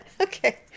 Okay